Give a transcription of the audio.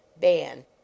BAN